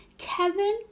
Kevin